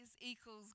equals